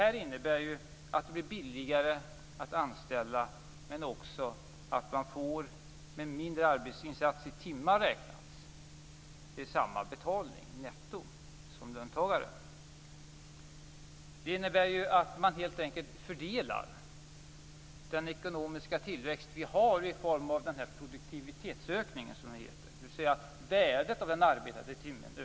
Det innebär att det blir billigare att anställa, men också att man som löntagare med mindre insats i timmar räknat får samma betalning netto. Det innebär att man helt enkelt fördelar den ekonomiska tillväxt vi har i form av produktivitetsökningen, som det heter, dvs. att värdet av den arbetade timmen ökar.